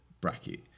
bracket